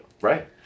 Right